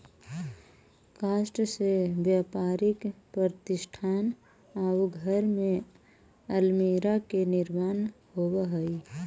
काष्ठ से व्यापारिक प्रतिष्ठान आउ घर में अल्मीरा के निर्माण होवऽ हई